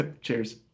Cheers